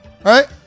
right